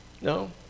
No